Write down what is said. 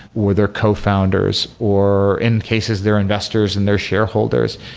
or their cofounders, or in cases, their investors and their shareholders.